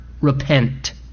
repent